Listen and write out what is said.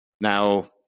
Now